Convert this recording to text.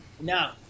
No